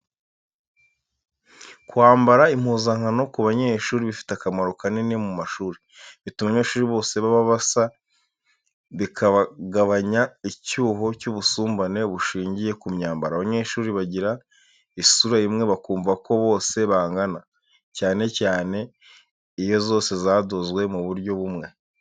Kwambara impuzankano ku banyeshuri bifite akamaro kanini mu mashuri. Bituma abanyeshuri bose baba basa, bikagabanya icyuho cy'ubusumbane bushingiye ku myambaro, abanyeshuri bagira isura imwe bakumva ko bose bangana, cyane cyane iyo zose zadozwe mu buryo bumwe.